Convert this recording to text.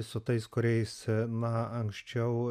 su tais kuriais na anksčiau